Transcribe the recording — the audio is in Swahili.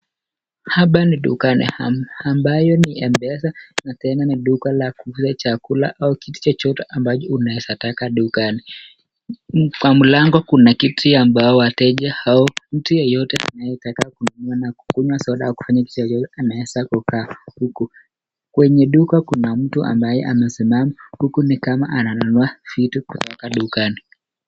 Hapa ni dukani ambayo ni mpesa na tena ni duka la kuuzia chakula au kitu chochote unaweza taka dukani, kwa mlango kuna kiti ambayo wateja hao, mtu yeyote anayetaka kununua na kukunywa soda ama kitu yeyote anaweza kukaa huku ,kwenye kuna mtu ambaye amesimama huku ni kama ananunua vitu kutoka dukani.